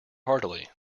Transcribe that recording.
heartily